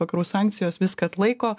vakarų sankcijos viską atlaiko